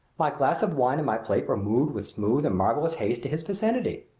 my glass of wine and my plate were moved with smooth and marvelous haste to his vicinity.